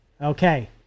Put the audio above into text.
okay